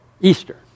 Easter